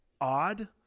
odd